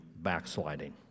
backsliding